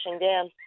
down